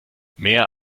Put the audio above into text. mehr